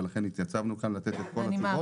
ולכן התייצבנו כאן לתת את כל התשובות,